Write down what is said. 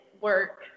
work